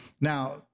Now